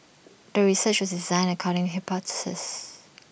the research was designed according hypothesis